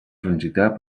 transitar